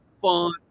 fun